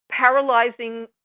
paralyzing